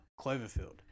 Cloverfield